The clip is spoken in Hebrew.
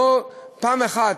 בואו, פעם אחת,